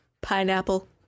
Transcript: pineapple